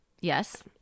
Yes